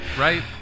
right